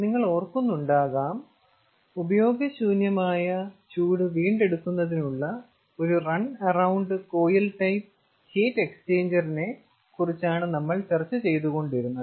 നിങ്ങൾ ഓർക്കുന്നുണ്ടാകാം ഉപയോഗ ശൂന്യമായ ചൂട് വീണ്ടെടുക്കുന്നതിനുള്ള ഒരു run around coil type heat എക്സ്ചേഞ്ചറിനെ കുറിച്ചാണ് നമ്മൾ ചർച്ച ചെയ്തുകൊണ്ടിരുന്നത്